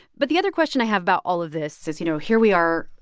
but the other question i have about all of this is, you know, here we are,